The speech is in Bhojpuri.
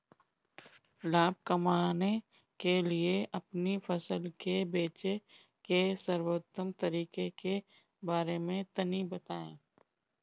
लाभ कमाने के लिए अपनी फसल के बेचे के सर्वोत्तम तरीके के बारे में तनी बताई?